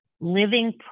living